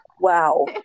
Wow